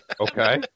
Okay